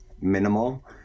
minimal